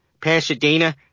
Pasadena